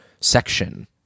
section